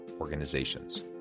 Organizations